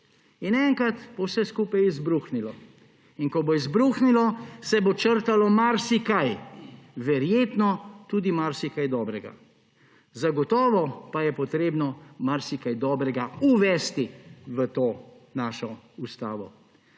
Enkrat bo vse skupaj izbruhnilo, in ko bo izbruhnilo, se bo črtalo marsikaj, verjetno tudi marsikaj dobrega. Zagotovo pa je potrebno marsikaj dobrega uvesti v to našo ustavo.